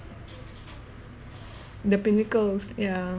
the pinnacles yeah